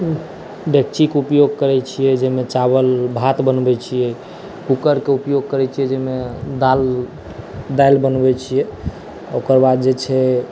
डेकची के उपयोग करै छियै जाहिमे चावल भात बनबै छियै कुकरके उपयोग करै छियै जयमे दालि दालि बनबै छियै ओकरबाद जे छै